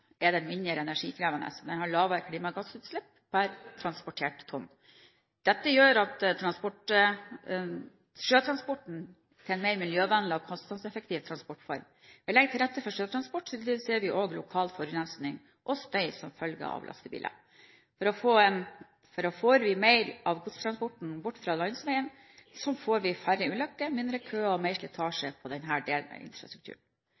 er den mindre energitrengende, og den har lavere klimagassutslipp per transportert tonn. Dette gjør at sjøtransporten er en mer miljøvennlig og kostnadseffektiv transportform. Ved å legge til rette for sjøtransport, reduserer vi også lokal forurensning og støy som følge av lastebiler. Får vi mer av godstransporten bort fra landeveien, får vi færre ulykker, mindre køer og mindre slitasje på denne delen av infrastrukturen.